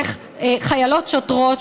איך חיילות שוטרות,